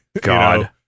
god